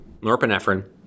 norepinephrine